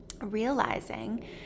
realizing